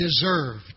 deserved